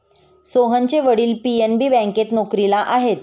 सोहनचे वडील पी.एन.बी बँकेत नोकरीला आहेत